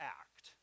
act